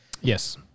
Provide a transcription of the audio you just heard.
yes